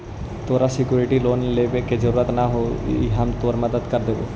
तोरा secured loan लेने के जरूरत न हो, हम तोर मदद कर देबो